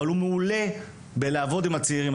אבל הוא מעולה בלעבוד עם הצעירים.